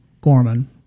Gorman